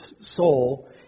soul